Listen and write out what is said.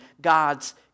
God's